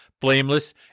blameless